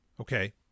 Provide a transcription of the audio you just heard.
Okay